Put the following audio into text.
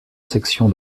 section